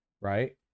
right